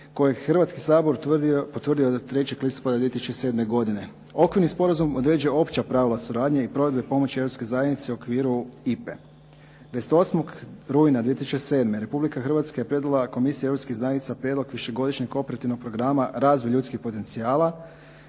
kojeg je Hrvatski sabor potvrdio 3. listopada 2007. godine. Okvirni sporazum određuje opća pravila suradnje i provedbe pomoći Europske zajednice u okviru IPA-e. 28. rujna 2007. Republika Hrvatska je predala Komisiji Europskih zajednica prijedlog višegodišnjeg operativnog programa “Razvoj ljudskih potencijala“.